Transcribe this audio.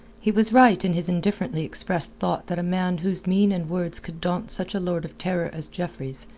he was right in his indifferently expressed thought that a man whose mien and words could daunt such a lord of terror as jeffreys,